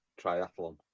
triathlon